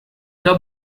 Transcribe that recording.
the